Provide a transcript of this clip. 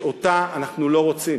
שאותה אנחנו לא רוצים.